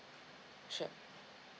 sure